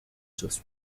sus